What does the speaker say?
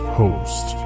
host